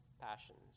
passions